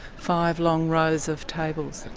five long rows of tables?